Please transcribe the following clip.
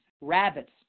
rabbits